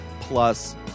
Plus